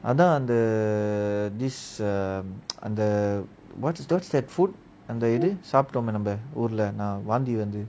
அதன் அந்த:athan antha dish and the what's what's that food அந்த இது நம்ம சாப்பிட்டோமே ஊருல நான் வாங்கிட்டு வந்து:antha ithu namma saptomey uurula naan vangitu vanthu